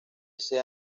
ese